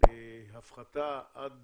הפחתה עד